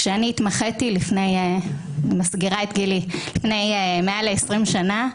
כשאני התמחיתי לפני מעל ל-20 שנה,